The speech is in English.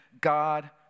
God